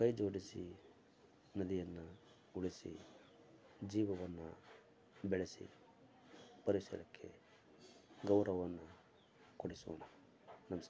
ಕೈ ಜೋಡಿಸಿ ನದಿಯನ್ನು ಉಳಿಸಿ ಜೀವವನ್ನು ಬೆಳೆಸಿ ಪರಿಸರಕ್ಕೆ ಗೌರವವನ್ನು ಕೊಡಿಸೋಣ ನಮಸ್ಕಾರ